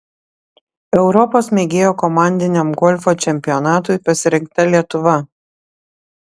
europos mėgėjų komandiniam golfo čempionatui pasirinkta lietuva